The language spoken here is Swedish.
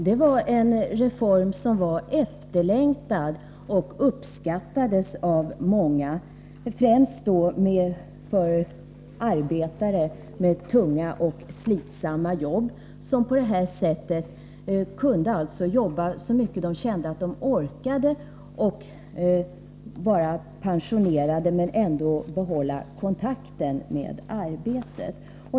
Det var en reform som var efterlängtad och som uppskattades av många, främst arbetare med tunga och slitsamma jobb som på det här sättet kunde arbeta så mycket de kände att de orkade och vara pensionerade men ändå behålla kontakten med arbetet.